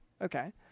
Okay